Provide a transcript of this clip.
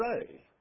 say